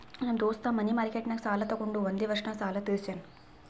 ನಮ್ ದೋಸ್ತ ಮನಿ ಮಾರ್ಕೆಟ್ನಾಗ್ ಸಾಲ ತೊಗೊಂಡು ಒಂದೇ ವರ್ಷ ನಾಗ್ ಸಾಲ ತೀರ್ಶ್ಯಾನ್